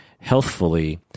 healthfully